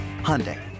Hyundai